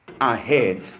ahead